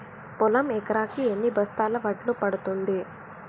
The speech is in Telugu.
పొలం ఎకరాకి ఎన్ని బస్తాల వడ్లు పండుతుంది?